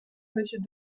monsieur